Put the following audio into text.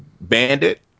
bandit